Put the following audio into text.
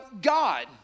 God